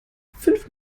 fünf